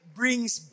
brings